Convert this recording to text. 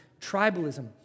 tribalism